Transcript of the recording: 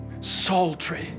Sultry